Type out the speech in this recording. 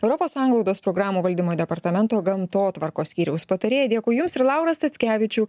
europos sanglaudos programų valdymo departamento gamtotvarkos skyriaus patarėją dėkui jums ir laurą statkevičių